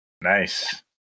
Nice